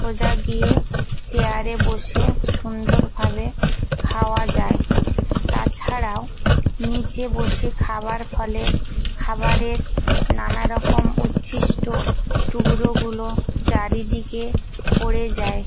সোজা গিয়ে চেয়ারে বসে সুন্দরভাবে খাওয়া যায় তাছাড়াও নীচে বসে খাওয়ার ফলে খাবারের নানা রকম উচ্ছিষ্ট টুকরোগুলো চারিদিকে পড়ে যায়